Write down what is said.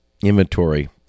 inventory